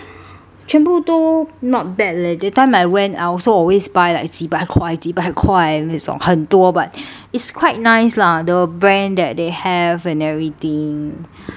全部都 not bad leh that time I went I also always buy like 几百快几百快的那种很多 but it's quite nice lah the brand that they have and everything